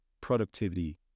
productivity